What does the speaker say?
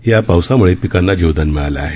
या पावसामुळे पिकांना जीवदान मिळालं आहे